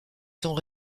sont